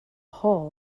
hull